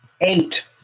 Eight